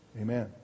amen